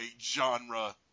genre